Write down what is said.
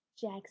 Jack